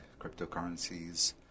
cryptocurrencies